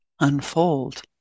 unfold